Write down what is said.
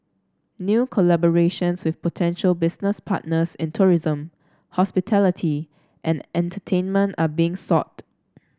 new collaborations with potential business partners in tourism hospitality and entertainment are being sought